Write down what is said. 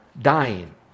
dying